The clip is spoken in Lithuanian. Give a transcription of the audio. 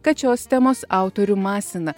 kad šios temos autorių masina